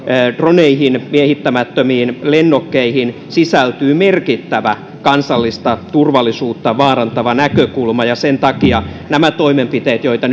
droneihin miehittämättömiin lennokkeihin sisältyy merkittävä kansallista turvallisuutta vaarantava näkökulma ja sen takia nämä toimenpiteet joita